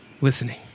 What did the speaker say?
listening